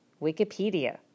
Wikipedia